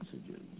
messages